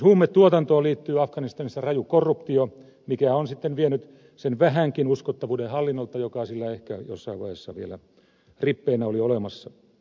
myös huumetuotantoon liittyy afganistanissa raju korruptio mikä on sitten vienyt sen vähänkin uskottavuuden hallinnolta joka siellä ehkä jossain vaiheessa vielä rippeinä oli olemassa